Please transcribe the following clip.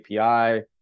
API